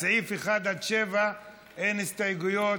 לסעיפים 1 7 אין הסתייגויות,